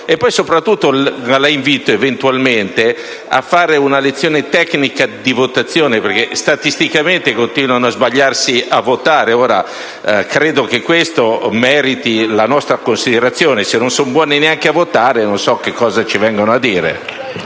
E poi soprattutto la invito, eventualmente, a fare una lezione tecnica sulla votazione, perche´ continuano a sbagliarsi a votare. Credo che questo meriti la nostra considerazione: se non sono buoni neanche a votare, non so cosa ci vengano a dire.